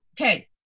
Okay